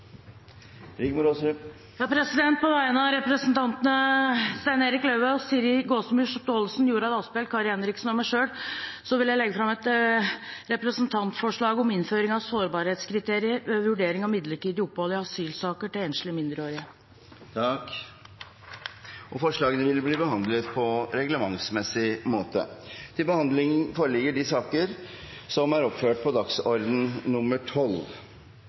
På vegne av representantene Stein Erik Lauvås, Siri Gåsemyr Staalesen, Jorodd Asphjell, Kari Henriksen og meg selv vil jeg sette fram et representantforslag om innføring av sårbarhetskriterier ved vurderingen av midlertidig opphold i asylsaker til enslige mindreårige. Forslagene vil bli behandlet på reglementsmessig måte. Presidenten vil foreslå at sakene nr. 1–3 på